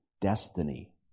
destiny